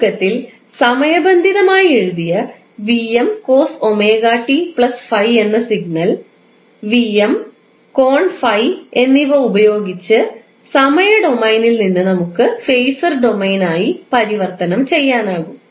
ചുരുക്കത്തിൽ സമയബന്ധിതമായി എഴുതിയ എന്ന സിഗ്നൽ കോൺ എന്നിവ ഉപയോഗിച്ച് സമയ ഡൊമെയ്നിൽ നിന്ന് നമുക്ക് ഫേസർ ഡൊമെയ്നായി പരിവർത്തനം ചെയ്യാനാകും